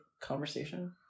conversation